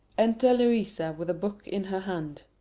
enter louisa with a book in her hand.